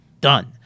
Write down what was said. done